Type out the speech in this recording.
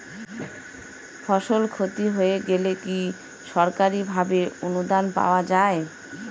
ফসল ক্ষতি হয়ে গেলে কি সরকারি ভাবে অনুদান পাওয়া য়ায়?